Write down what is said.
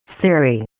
Siri